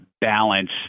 balance